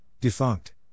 defunct